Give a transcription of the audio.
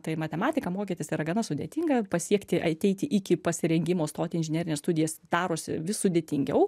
tai matematiką mokytis yra gana sudėtinga pasiekti ateiti iki pasirengimo stoti į inžinerines studijas darosi vis sudėtingiau